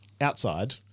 outside